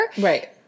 right